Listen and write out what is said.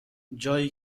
جایی